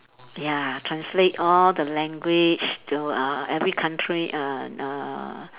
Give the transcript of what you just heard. ya translate all the language to uh every country uh uh